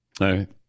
right